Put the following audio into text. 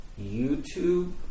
YouTube